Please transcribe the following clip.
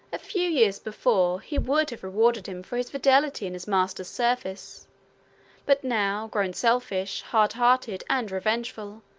a few years before, he would have rewarded him for his fidelity in his master's service but now, grown selfish, hard hearted, and revengeful,